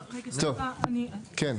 טוב, כן.